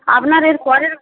আপনার এর পরের